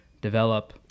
develop